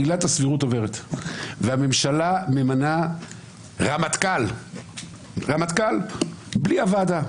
עילת הסבירות עוברת והממשלה ממנה רמטכ"ל בלי הוועדה.